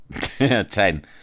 Ten